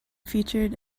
featured